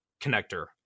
connector